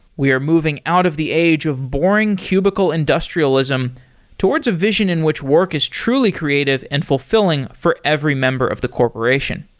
we are moving out of the age of boring cubicle industrialism towards a vision in which work is truly creative and fulfilling for every member of the corporation,